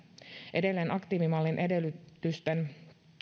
edelleen aktiivimallin edellytysten